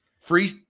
free